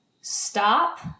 stop